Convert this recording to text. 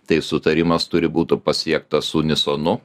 tai sutarimas turi būti pasiektas unisonu